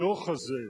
הדוח הזה,